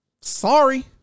Sorry